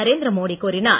நரேந்திரமோடி கூறினார்